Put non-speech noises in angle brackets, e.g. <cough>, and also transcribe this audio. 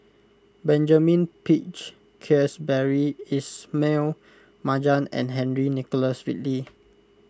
Benjamin Peach Keasberry Ismail Marjan and Henry Nicholas Ridley <noise>